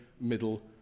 Middle